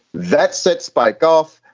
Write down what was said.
that sets bike off.